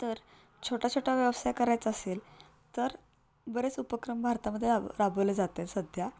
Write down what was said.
तर छोटा छोटा व्यवसाय करायचा असेल तर बरेच उपक्रम भारतामध्ये राब राबवले जातं आहे सध्या